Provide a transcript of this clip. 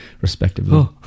respectively